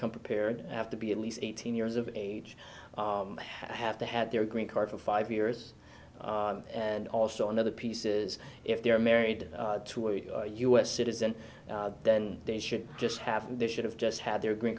come prepared have to be at least eighteen years of age have to have their green card for five years and also another pieces if they're married to a u s citizen then they should just have they should have just had their green